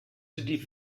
die